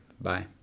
Bye